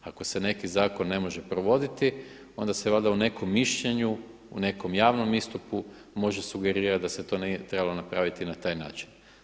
Ako se neki zakon ne može provoditi onda se valjda u nekom mišljenju, u nekom javnom istupu može sugerirati da se to nije trebalo napraviti na taj način.